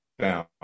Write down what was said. down